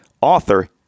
author